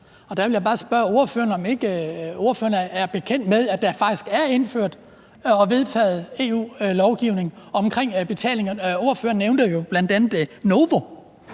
der vil jeg bare spørge ordføreren, om ikke ordføreren er bekendt med, at der faktisk er indført og vedtaget EU-lovgivning i forhold til betalingerne. Ordføreren nævnte jo bl.a. Novo